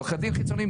עורכי דין חיצוניים,